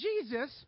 Jesus